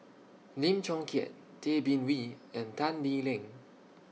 Lim Chong Keat Tay Bin Wee and Tan Lee Leng